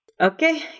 Okay